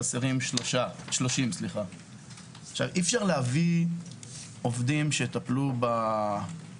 חסרים 30. אי אפשר להביא עובדים שיטפלו בכל הנושא הזה,